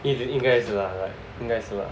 if you 应该是 lah right 应该是吧